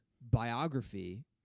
biography